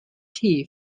tea